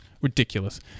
ridiculous